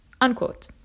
Unquote